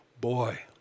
boy